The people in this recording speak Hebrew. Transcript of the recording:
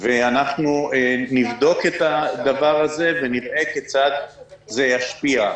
ואנחנו נבדוק את הדבר הזה ונראה כיצד זה ישפיע.